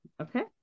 okay